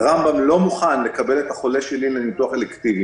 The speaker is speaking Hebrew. ורמב"ם לא מוכן לקבל את החולה שלי לניתוח אלקטיבי,